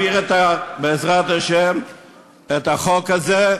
ובעזרת השם אנחנו נעביר את החוק הזה.